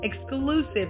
exclusive